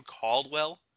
Caldwell